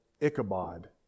Ichabod